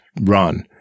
run